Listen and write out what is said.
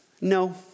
No